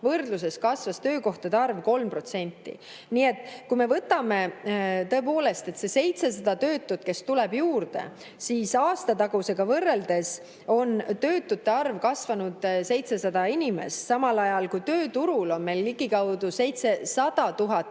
võrdluses kasvas töökohtade arv 3%. Nii et kui me võtame, et 700 töötut tuleb juurde, siis aastatagusega võrreldes on töötute arv kasvanud 700 inimest, samal ajal kui tööturul on meil ligikaudu 700 000